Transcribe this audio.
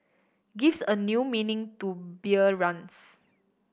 gives a new meaning to beer runs